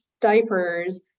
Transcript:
diapers